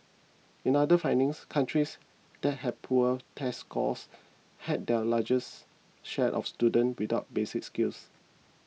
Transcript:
in other findings countries that had poor test scores had the largest share of student without basic skills